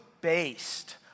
based